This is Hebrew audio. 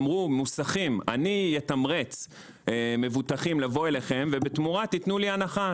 הם אמרו למוסכים: אני אתמרץ מבוטחים לבוא אליכם ובתמורה תיתנו לי הנחה.